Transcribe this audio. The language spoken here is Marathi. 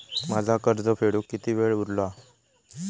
माझा कर्ज फेडुक किती वेळ उरलो हा?